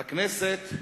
שהכנסת,